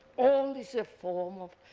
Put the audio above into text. all this is a form of